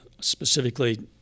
specifically